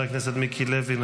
חבר הכנסת מיקי לוי,